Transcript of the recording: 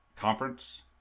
conference